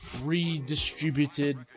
redistributed